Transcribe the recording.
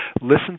listen